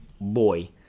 boy